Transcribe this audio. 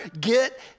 get